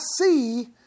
see